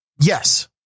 Yes